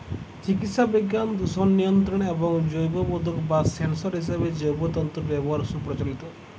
চিকিৎসাবিজ্ঞান, দূষণ নিয়ন্ত্রণ এবং জৈববোধক বা সেন্সর হিসেবে জৈব তন্তুর ব্যবহার সুপ্রচলিত